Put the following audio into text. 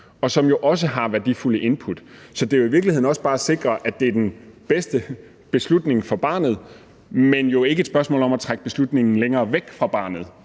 og som også har værdifulde input. Så det er i virkeligheden også bare et spørgsmål om at sikre, at det er den bedste beslutning for barnet, men jo ikke et spørgsmål om at trække beslutningen længere væk fra barnet.